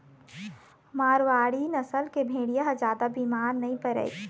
मारवाड़ी नसल के भेड़िया ह जादा बिमार नइ परय